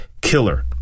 Killer